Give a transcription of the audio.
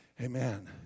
Amen